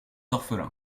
orphelin